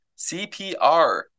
CPR